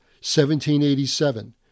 1787